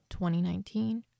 2019